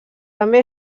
també